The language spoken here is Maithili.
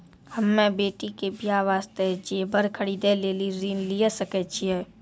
हम्मे बेटी के बियाह वास्ते जेबर खरीदे लेली ऋण लिये सकय छियै?